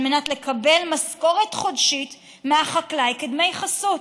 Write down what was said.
על מנת לקבל משכורת חודשית מהחקלאי כדמי חסות.